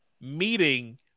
meeting